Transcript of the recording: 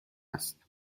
هست